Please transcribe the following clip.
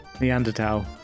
Neanderthal